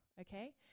okay